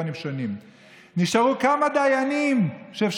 סוף-סוף גם בענייני הקהילה הגאה.